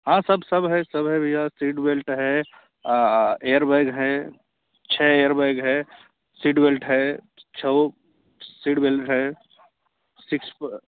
हाँ सब सब है सब है भैया सीट बेल्ट है एयरबैग है छः एयरबैग है सीट बेल्ट है छः सीट बेल्ट है सिक्स